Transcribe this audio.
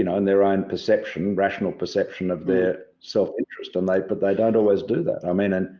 you know in their own perception, rational perception of their self interest, and they but they don't always do that. i mean, and